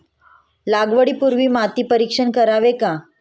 लागवडी पूर्वी माती परीक्षण करावे का?